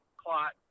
clot